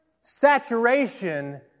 saturation